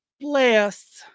Bless